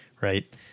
Right